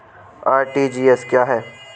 RTGS क्या है?